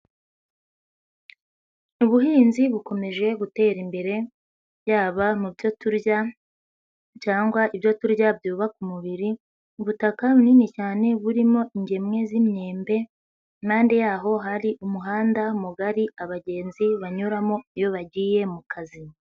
Ubuhinzi bukomeje gutera imbere, yaba mu byo turya, cyangwa ibyo turya byubaka umubiri. Ubutaka bunini cyane burimo ingemwe z'imyembe, impande yaho hari umuhanda mugari abagenzi banyuramo iyo bagiye mu kazi.